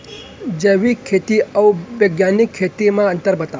जैविक खेती अऊ बैग्यानिक खेती म अंतर बतावा?